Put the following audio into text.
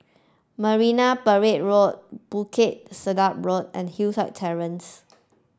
Marine Parade Road Bukit Sedap Road and Hillside Terrace